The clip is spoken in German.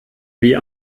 wie